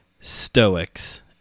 Stoics